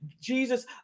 Jesus